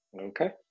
Okay